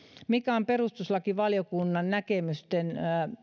mikä on perustuslakivaliokunnan näkemysten